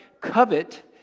Covet